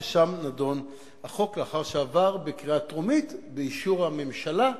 ששם נדון החוק לאחר שעבר בקריאה טרומית באישור הממשלה.